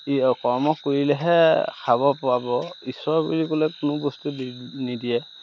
কি অঁ কৰ্ম কৰিলেহে খাব পাব ঈশ্বৰ বুলি ক'লে কোনো বস্তু দি নিদিয়ে